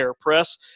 Press